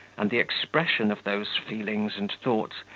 and the expression of those feelings and thoughts,